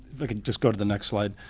just go to the next slide.